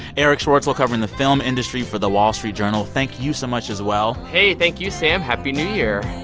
eric schwartzel, covering the film industry for the wall street journal. thank you so much as well hey, thank you, sam. happy new year.